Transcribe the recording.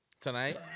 Tonight